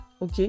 Ok